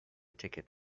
ticket